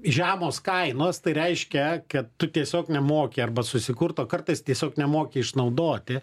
žemos kainos tai reiškia kad tu tiesiog nemoki arba susikurt o kartais tiesiog nemoki išnaudoti